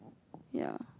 ya